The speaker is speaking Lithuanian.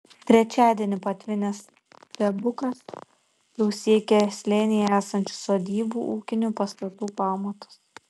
trečiadienį patvinęs strebukas jau siekė slėnyje esančių sodybų ūkinių pastatų pamatus